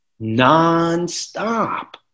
nonstop